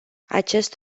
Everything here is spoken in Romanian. acest